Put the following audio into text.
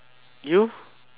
you